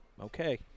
okay